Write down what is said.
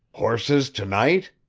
horses to-night?